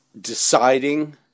deciding